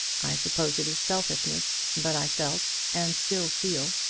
i suppose it is selfishness, but i felt, and still feel,